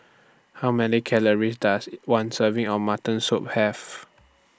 How Many Calories Does one Serving of Mutton Soup Have